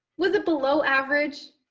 was it below average?